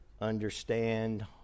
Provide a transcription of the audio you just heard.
understand